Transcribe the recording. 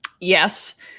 Yes